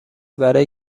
برای